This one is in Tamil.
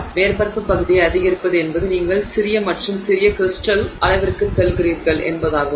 எனவே மேற்பரப்புப் பகுதியை அதிகரிப்பது என்பது நீங்கள் சிறிய மற்றும் சிறிய கிரிஸ்டல் அளவிற்குச் செல்கிறீர்கள் என்பதாகும்